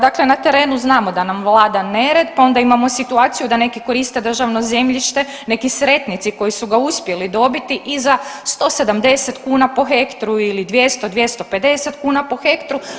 Dakle, na terenu znamo da nam vlada nered, pa onda imamo situaciju da neki koriste državno zemljište, neki sretnici koji su ga uspjeli dobiti i za 170 kn po hektru ili 200, 250 kuna po hektru.